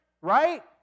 right